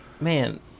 man